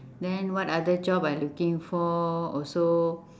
then what other job I looking for also